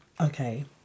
okay